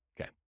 okay